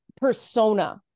persona